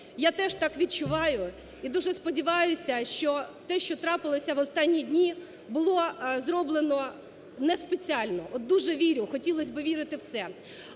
Я теж так відчуваю і дуже сподіваюся, що те, що трапилося в останні дні було зроблено неспеціально. От дуже вірю, хотілось би вірити в це.